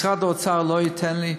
משרד האוצר לא ייתן לי.